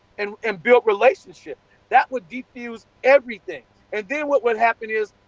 and and build relationships. that would diffuse everything. and then, what would happen is,